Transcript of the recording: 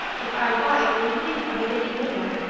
if i write or think of it any more!